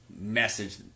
message